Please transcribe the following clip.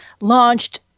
launched